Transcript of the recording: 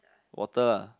water ah